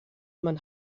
man